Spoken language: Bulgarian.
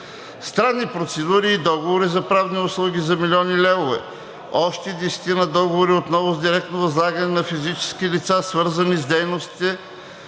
Странни процедури и договори за правни услуги за милиони левове и още десетина договора отново с директно възлагане на физически лица, свързани с дейностите